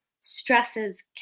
stresses